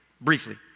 briefly